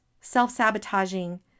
self-sabotaging